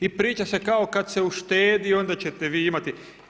I priča se kao kada se uštedi onda ćete vi imati.